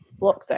lockdown